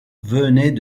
venait